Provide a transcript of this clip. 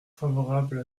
favorables